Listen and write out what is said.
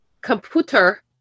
computer